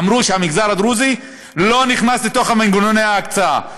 אמרו שהמגזר הדרוזי לא נכנס לתוך מנגנוני ההקצאה.